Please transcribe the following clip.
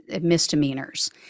misdemeanors